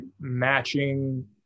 matching